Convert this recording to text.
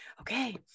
okay